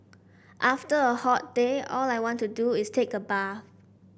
after a hot day all I want to do is take a bath